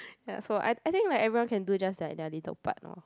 ya so I I think right everyone can do just like their little part lor